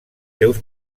seus